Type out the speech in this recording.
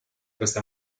questa